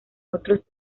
otros